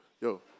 yo